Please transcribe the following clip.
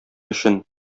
өчен